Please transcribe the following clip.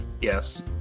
Yes